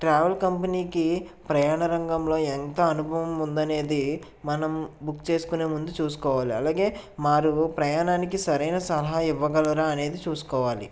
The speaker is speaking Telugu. ట్రావెల్ కంపెనీకి ప్రయాణ రంగంలో ఎంత అనుభవం ఉంది అనేది మనం బుక్ చేసుకునే ముందు చూసుకోవాలి అలాగే మారు ప్రయాణానికి సరైన సలహా ఇవ్వగలరా అనేది చూసుకోవాలి